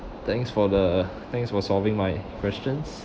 thanks for the thanks for solving my questions